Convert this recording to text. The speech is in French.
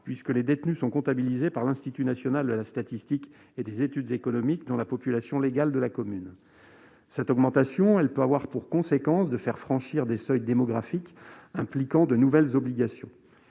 puisque les détenus sont comptabilisés par l'Institut national de la statistique et des études économiques dans la population légale de la commune. Cette comptabilisation peut avoir pour conséquence de faire franchir des seuils démographiques impliquant de nouvelles obligations.